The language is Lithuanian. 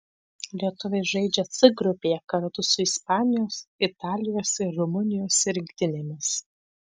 lietuviai žaidžia c grupėje kartu su ispanijos italijos ir rumunijos rinktinėmis